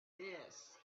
this